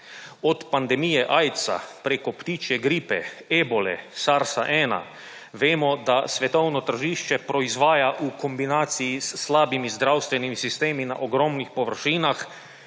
Od pandemija AIDS-a preko ptičje gripe, ebole, SARS-1, vemo, da svetovno tržišče proizvaja v kombinaciji s slabimi zdravstvenimi sistemi na ogromnih površinah